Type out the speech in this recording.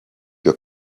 your